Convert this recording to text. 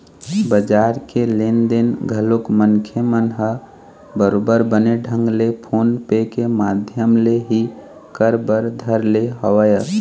बजार के लेन देन घलोक मनखे मन ह बरोबर बने ढंग ले फोन पे के माधियम ले ही कर बर धर ले हवय